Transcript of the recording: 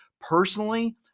personally